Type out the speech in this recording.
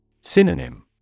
Synonym